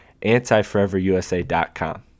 AntiForeverUSA.com